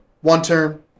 One-term